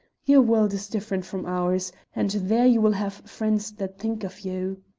your world is different from ours, and there you will have friends that think of you.